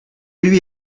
lui